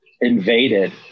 invaded